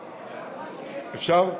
אפשר?